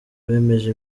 bemeje